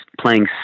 playing